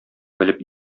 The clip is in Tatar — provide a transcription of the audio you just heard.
белеп